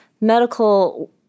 medical